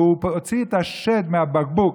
והוא הוציא את שד המחירים מן הבקבוק,